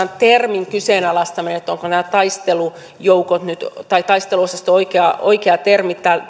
termin kyseenalaistaminen että onko taistelujoukot tai taisteluosasto oikea oikea termi